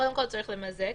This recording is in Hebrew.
קודם כל צריך למזג.